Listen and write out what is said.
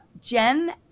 Jen